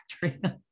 Factory